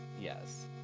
yes